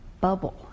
bubble